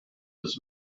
his